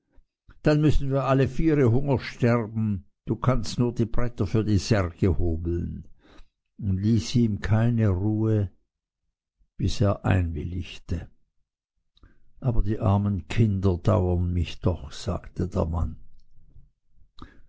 dann müssen wir alle viere hungers sterben du kannst nur die bretter für die särge hobeln und ließ ihm keine ruhe bis er einwilligte aber die armen kinder dauern mich doch sagte der mann